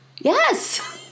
Yes